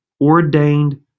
ordained